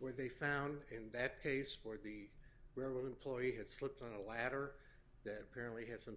where they found in that case for the rebel employee had slipped on a ladder that apparently had some